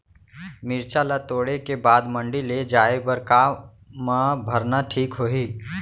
मिरचा ला तोड़े के बाद मंडी ले जाए बर का मा भरना ठीक होही?